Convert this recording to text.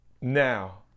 Now